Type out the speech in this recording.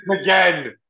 again